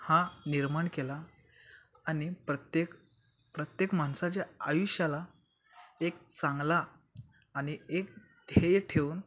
हा निर्माण केला आणि प्रत्येक प्रत्येक माणसाच्या आयुष्याला एक चांगला आणि एक ध्येय ठेवून